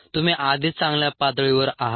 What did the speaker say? तुम्ही आधीच चांगल्या पातळीवर आहात